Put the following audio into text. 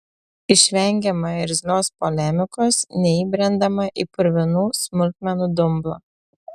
išvengiama irzlios polemikos neįbrendama į purvinų smulkmenų dumblą